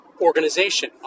organization